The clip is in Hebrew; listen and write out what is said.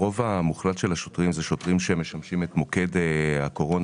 הרוב המוחלט של השוטרים זה שוטרים שמשמשים את מוקד הקורונה,